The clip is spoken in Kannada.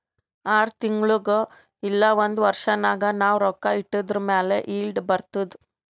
ಆರ್ ತಿಂಗುಳಿಗ್ ಇಲ್ಲ ಒಂದ್ ವರ್ಷ ನಾಗ್ ನಾವ್ ರೊಕ್ಕಾ ಇಟ್ಟಿದುರ್ ಮ್ಯಾಲ ಈಲ್ಡ್ ಬರ್ತುದ್